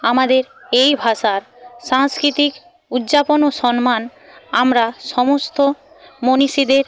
আমাদের এই ভাষার সাংস্কৃতিক উদযাপন ও সম্মান আমরা সমস্ত মনীষীদের